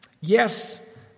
Yes